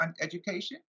education